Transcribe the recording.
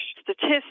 statistics